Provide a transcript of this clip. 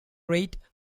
rate